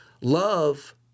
Love